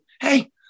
hey